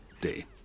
day